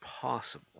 possible